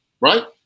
right